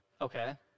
Okay